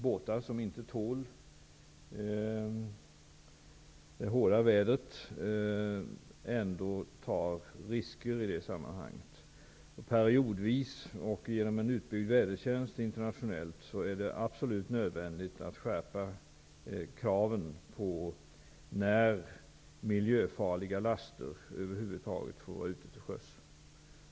Båtar som inte tål det hårda vädret tar ändå risker. Periodvis och genom en utbyggd vädertjänst internationellt är det absolut nödvändigt att skärpa kraven i fråga om när miljöfarliga laster över huvud taget får vara ute till sjöss.